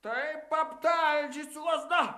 taip aptalžysiu lazda